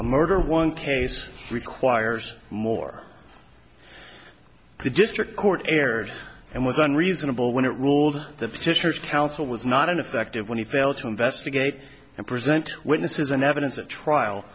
a murder one case requires more the district court erred and with one reasonable when it ruled that petitioners counsel was not an effective when he failed to investigate and present witnesses and evidence at trial